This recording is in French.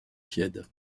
tiède